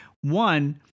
one